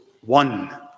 one